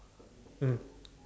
mm